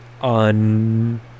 on